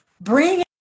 bring